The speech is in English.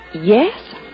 yes